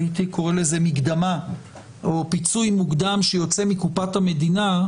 הייתי קורא לזה מקדמה או פיצוי מוקדם שיוצא מקופת המדינה,